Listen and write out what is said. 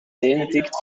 benedikt